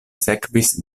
sekvis